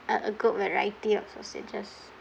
a a good variety of sausages